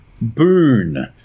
boon